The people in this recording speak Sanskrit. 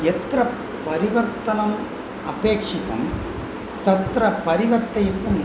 यत्र परिवर्तनम् अपेक्षितं तत्र परिवर्तयितुम्